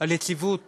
על יציבות